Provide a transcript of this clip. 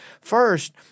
First